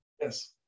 Yes